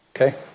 okay